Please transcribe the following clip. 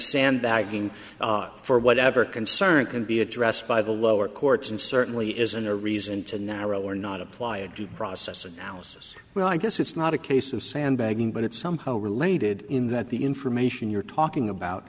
sandbagging for whatever concern can be addressed by the lower courts and certainly isn't a reason to narrow or not apply a due process analysis well i guess it's not a case of sandbagging but it's somehow related in that the information you're talking about